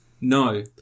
No